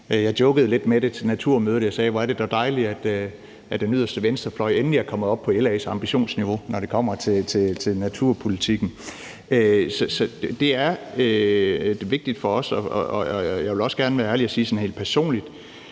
Jeg jokede jo lidt med det til Naturmødet. Jeg sagde: Hvor er det dog dejligt, at den yderste venstrefløj endelig er kommet op på LA's ambitionsniveau, når det kommer til naturpolitikken. Så det er vigtigt for os, og jeg vil også gerne være ærlig og sige, at sådan personligt